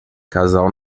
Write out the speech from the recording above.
casal